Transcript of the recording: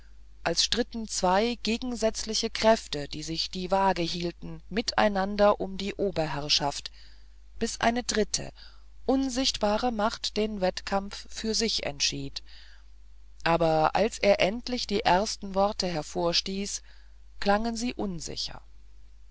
als stritten zwei gegensätzliche kräfte die sich die waage hielten miteinander um die oberherrschaft bis eine dritte unsichtbare macht den wettkampf für sich entschied aber als er endlich die ersten worte hervorstieß klangen sie unsicher